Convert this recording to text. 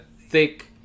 thick